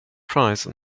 prize